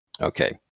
Okay